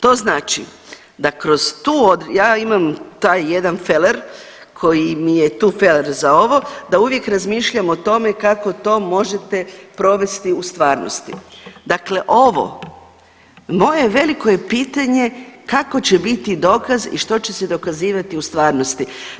To znači da kroz tu, ja imam taj jedan feler koji mi je tu feler za ovo da uvijek razmišljam o tome kako to možete provesti u stvarnosti, dakle ovo moje veliko je pitanje kako će biti dokaz i što će se dokazivati u stvarnosti.